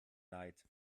leid